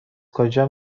کجا